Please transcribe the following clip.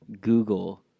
Google